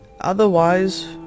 Otherwise